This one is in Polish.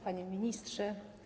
Panie Ministrze!